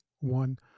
one